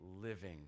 living